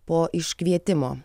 po iškvietimo